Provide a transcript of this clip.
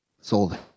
sold